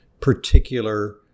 particular